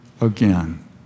again